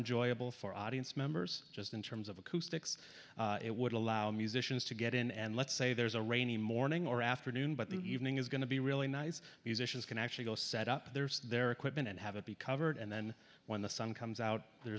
enjoyable for audience members just in terms of acoustics it would allow musicians to get in and let's say there's a rainy morning or afternoon but the evening is going to be really nice musicians can actually go set up their it's their equipment and have it be covered and then when the sun comes out there